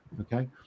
Okay